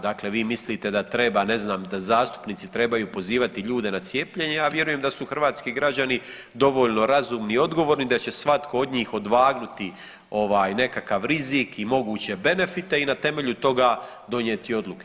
Dakle, vi mislite da treba ne znam da zastupnici trebaju pozivati ljude na cijepljenje, ja vjerujem da su hrvatski građani dovoljno razumni, odgovorni, da će svatko od njih odvagnuti nekakav rizik i moguće benefite i na temelju toga donijeti odluke.